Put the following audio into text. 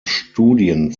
studien